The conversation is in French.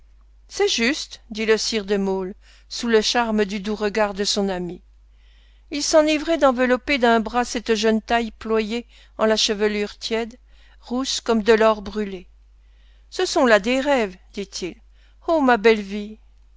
c'est juste dit le sire de maulle sous le charme du doux regard de son amie il s'enivrait d'envelopper d'un bras cette jeune taille ployée en la chevelure tiède rousse comme de l'or brûlé ce sont là des rêves dit-il ô ma belle vie